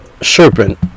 serpent